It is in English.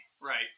Right